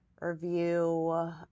review